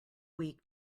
weak